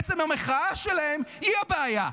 עצם המחאה שלהם היא הבעיה.